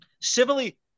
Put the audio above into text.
civilly